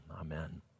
Amen